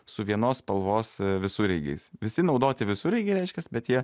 su vienos spalvos visureigiais visi naudoti visureigiai reiškiasi bet jie